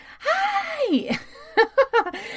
Hi